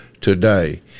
today